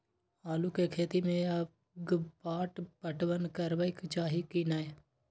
आलू के खेती में अगपाट पटवन करबैक चाही की नय?